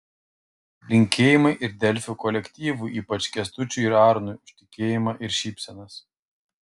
linkėjimai ir delfi kolektyvui ypač kęstučiui ir arnui už tikėjimą ir šypsenas